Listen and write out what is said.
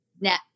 net